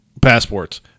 passports